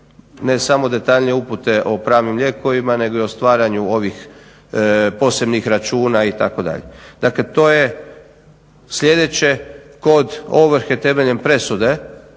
ne samo detaljnije upute o pravnim lijekovima, nego i o stvaranju ovih posebnih računa itd. Dakle, to je sljedeće kod ovrhe. Temeljem presude